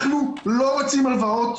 אנחנו לא רוצים הלוואות.